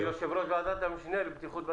הוא יושב-ראש ועדת המשנה לבטיחות בדרכים.